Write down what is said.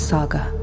Saga